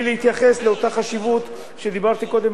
להתייחס לאותה חשיבות שדיברתי עליה קודם,